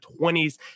20s